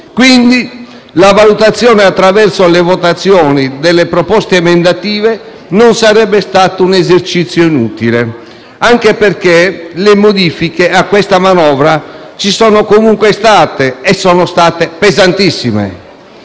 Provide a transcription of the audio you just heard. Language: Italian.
Quindi la valutazione della manovra, attraverso le votazioni delle proposte emendative, non sarebbe stato un esercizio inutile, anche perché le modifiche ci sono comunque state e sono state pesantissime,